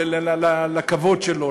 לכבוד שלו,